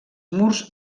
murs